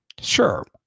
sure